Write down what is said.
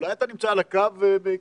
אולי אתה נמצא על הקו, מיקי,